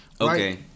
Okay